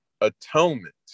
atonement